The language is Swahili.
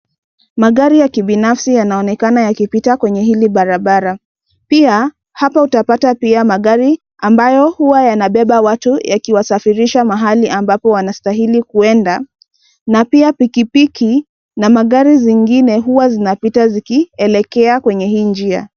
Magari ya kibinafsi yanaonekana yakipita kwenye hili barabara, pia, hapa utapata pia magari ambayo huwa yanabeba watu, yakiwasafarisha mahali ambapo wanastahili kuenda, na pia pikipiki, na magari zingine huwa zinapita zikiekelea kwenye hii njia.